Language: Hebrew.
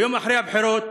ויום אחרי הבחירות,